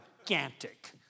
gigantic